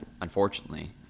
unfortunately